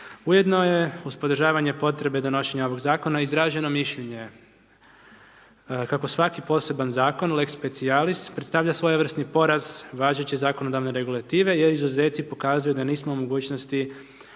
Ujedno je uz podržavanje potrebe donošenja ovog Zakona izrađeno mišljenje kako svaki posebni Zakon, Lex specialis, predstavlja svojevrsni poraz važeće zakonodavne regulative, jer izuzeci pokazuju da nismo u mogućnosti